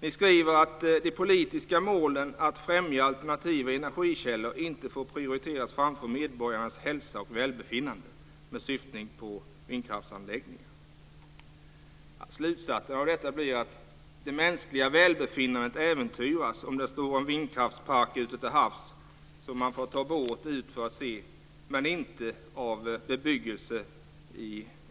Ni skriver att de politiska målen att främja alternativa energikällor inte får prioriteras framför medborgarnas hälsa och välbefinnande med syftning på vindkraftsanläggningar. Slutsatsen av detta blir att det mänskliga välbefinnandet äventyras om det står en vindkraftspark ute till havs, som man får ta båt ut för att se, men inte av bebyggelse